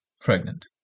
pregnant